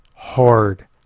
Hard